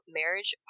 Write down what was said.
marriage